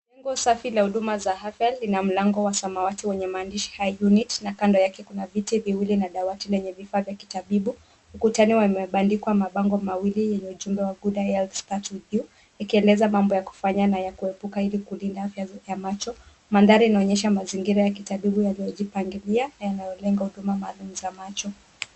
Mwingo safi la hudua za afya na mlango wa samawati wenye maandishi high unit na kando yake kuna viti viwili na dawati lenye vifaa vya kitabibu. Ukutani imebandikwa mabango mawili yenye ujumbe wa Good Health Starts With You , ikieleza mambo ya kufanya na ya kuepuka hili kulinda afya ya macho. Mandhari inaonyesha mazingira ya kitabibu yaliojipangilia na yanao lenga huduma maalum za macho.